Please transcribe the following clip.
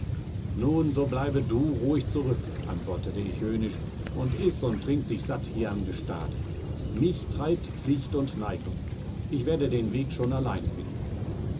nun so bleibe du ruhig zurück antwortete ich höhnisch und iß und trink dich satt hier am gestade mich treibt pflicht und neigung ich werde den weg schon allein finden